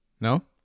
No